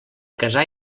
casar